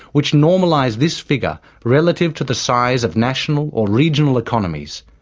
which normalise this figure relative to the size of national or regional economies,